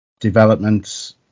development